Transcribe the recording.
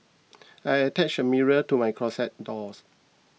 I attached a mirror to my closet doors